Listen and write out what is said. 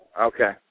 Okay